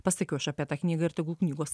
pasakiau aš apie tą knygą ir tegul knygos